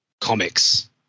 comics